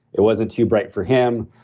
it wasn't too bright for him.